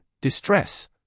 distress